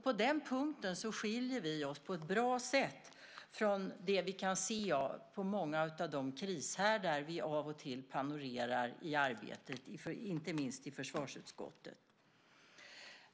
På den punkten skiljer vi oss på ett bra sätt från det vi kan se på många av de krishärdar vi av och till panorerar i arbetet, inte minst i försvarsutskottet.